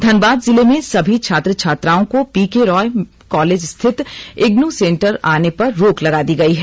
धनबाद जिले में सभी छात्र छात्राओं को पीके राय कॉलेज स्थित इग्नू सेंटर आने पर रोक लगा दी गई है